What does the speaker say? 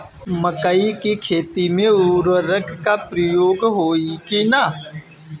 मकई के खेती में उर्वरक के प्रयोग होई की ना?